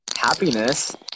happiness